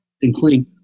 including